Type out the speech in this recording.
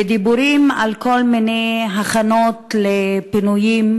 ודיבורים על כל מיני הכנות לפינויים,